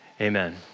amen